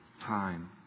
time